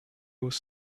was